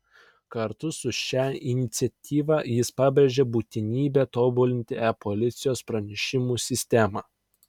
kartu su šia iniciatyva jis pabrėžia būtinybę tobulinti e policijos pranešimų sistemą